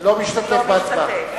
אינו משתתף בהצבעה